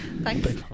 thanks